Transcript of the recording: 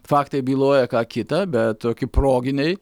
faktai byloja ką kita bet toki proginiai